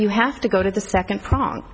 you have to go to the second prong